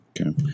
Okay